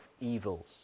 evils